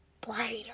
brighter